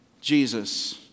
Jesus